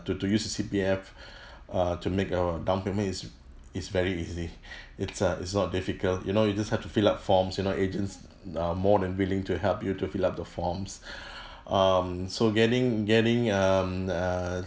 to to use the C_P_F uh to make our down payment is is very easy it's uh it's not difficult you know you just have to fill up forms you know agents are more than willing to help you to fill up the forms um so getting getting um err